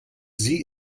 sie